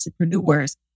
entrepreneurs